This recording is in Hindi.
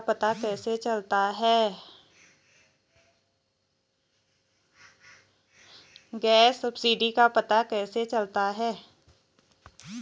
गैस सब्सिडी का पता कैसे चलता है?